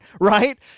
right